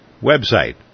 website